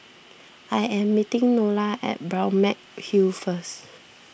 I am meeting Nola at Balmeg Hill first